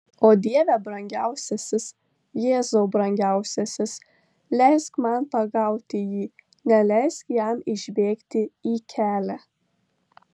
o dieve brangiausiasis jėzau brangiausiasis leisk man pagauti jį neleisk jam išbėgti į kelią